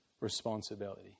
responsibility